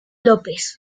lópez